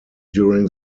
during